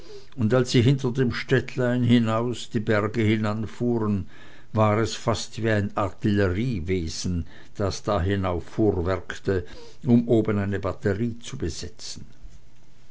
und als sie hinter dem städtlein hinaus die berge hinanfuhren war es fast wie ein artilleriewesen das da hinauffuhrwerkte um oben eine batterie zu besetzen